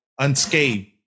unscathed